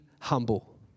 humble